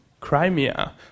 Crimea